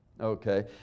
Okay